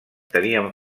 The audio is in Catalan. tenien